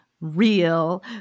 real